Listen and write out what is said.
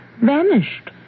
vanished